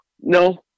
No